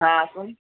হ্যাঁ আসুন